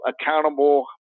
accountable